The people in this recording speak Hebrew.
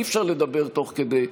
אי-אפשר לדבר תוך כדי.